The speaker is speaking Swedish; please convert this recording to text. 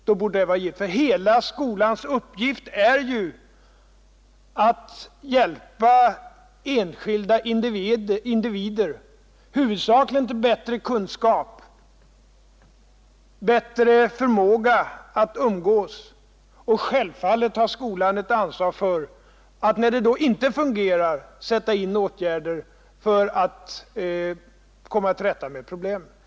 Skolans hela 15 uppgift är ju att hjälpa enskilda individer, huvudsakligen till bättre kunskap, men också till bättre förmåga att umgås, och självfallet har skolan ett ansvar för att, när det inte fungerar, sätta in åtgärder i syfte att komma till rätta med problemet.